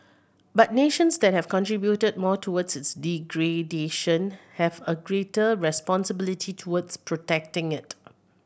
but nations that have contributed more towards its degradation have a greater responsibility towards protecting it